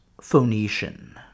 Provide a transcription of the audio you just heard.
Phoenician